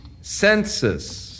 census